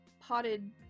potted